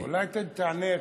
אולי תענה,